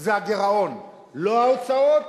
זה הגירעון, לא ההוצאות,